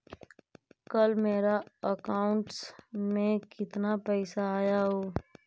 कल मेरा अकाउंटस में कितना पैसा आया ऊ?